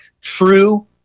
True